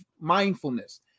mindfulness